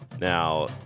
now